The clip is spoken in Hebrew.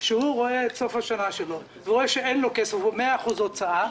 שהוא רואה את סוף השנה שלו ורואה שאין לו כסף והוא ב-100% הוצאה